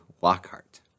Lockhart